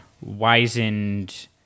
wizened